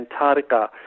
Antarctica